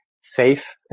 safe